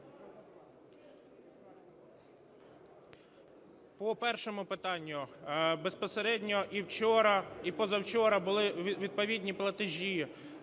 По першому питанню. Безпосередньо і вчора, і позавчора були відповідні платежі